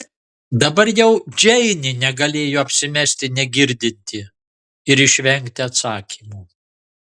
dabar jau džeinė negalėjo apsimesti negirdinti ir išvengti atsakymo